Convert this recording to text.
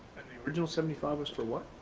original seventy five was for what?